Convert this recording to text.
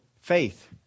faith